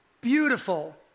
beautiful